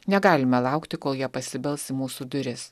negalime laukti kol jie pasibels į mūsų duris